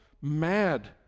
mad